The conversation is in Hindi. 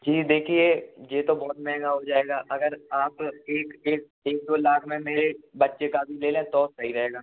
जी देखिए ये तो बहुत मंहगा हो जाएगा अगर आप एक दो लाख में मेरे बच्चे का भी ले लें तो सही रहेगा